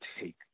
take